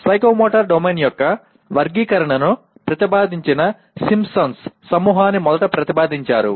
psychomotor domain యొక్క వర్గీకరణను ప్రతిపాదించిన సింప్సన్ Simpson's సమూహాన్ని మొదట ప్రతిపాదించారు